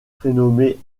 prénommée